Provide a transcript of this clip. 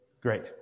great